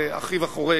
זה אחיו החורג,